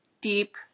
deep